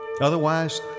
Otherwise